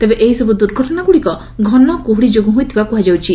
ତେବେ ଏହିସବୁ ଦୁର୍ଘଟଣାଗୁଡ଼ିକ ଘନକୁହୁଡ଼ି ଯୋଗୁଁ ହୋଇଥିବା କୁହାଯାଉଛି